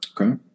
Okay